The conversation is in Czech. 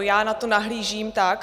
Já na to nahlížím tak.